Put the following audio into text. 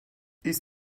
ist